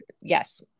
yes